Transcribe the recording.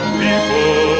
people